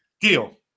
Deal